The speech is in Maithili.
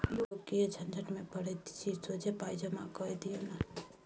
यौ किएक झंझट मे पड़ैत छी सोझे पाय जमा कए दियौ न